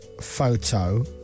photo